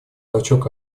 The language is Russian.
толчок